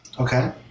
Okay